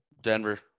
Denver